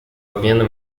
обмена